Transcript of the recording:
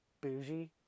bougie